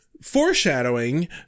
foreshadowing